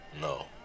No